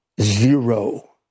Zero